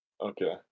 Okay